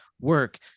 work